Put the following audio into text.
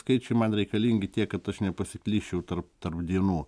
skaičiai man reikalingi tiek kad aš nepasiklysčiau tarp tarp dienų